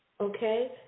okay